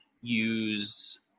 use